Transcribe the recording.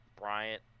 Bryant